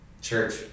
church